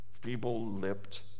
feeble-lipped